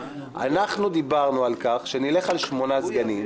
אנחנו דיברנו על כך שנלך על שמונה סגנים.